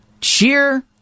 cheer